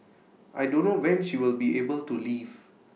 I don't know when she will be able to leave